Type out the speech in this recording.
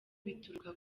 bituruka